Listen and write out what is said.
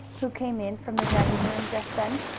who came in from the dining room just then.